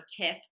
tip